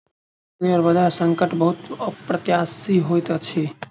share बजार संकट बहुत अप्रत्याशित होइत अछि